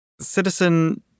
Citizen